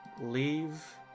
leave